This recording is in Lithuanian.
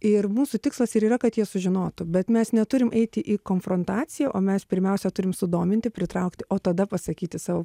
ir mūsų tikslas ir yra kad jie sužinotų bet mes neturim eiti į konfrontaciją o mes pirmiausia turim sudominti pritraukti o tada pasakyti savo